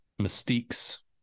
Mystique's